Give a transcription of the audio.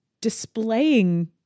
displaying